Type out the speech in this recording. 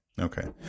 Okay